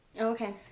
okay